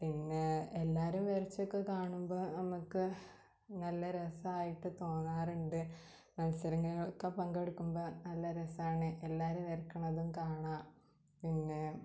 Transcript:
പിന്നെ എല്ലാവരും വരച്ചൊക്കെ കാണുമ്പം നമുക്ക് നല്ല രസമായിട്ട് തോന്നാറുണ്ട് മത്സരങ്ങളിൾലക്കെ പങ്കെടുക്കുമ്പം നല്ല രസമാണ് എല്ലാവരും വരക്കണതും കാണാം പിന്നെ